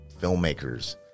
filmmakers